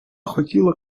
хотіла